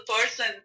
person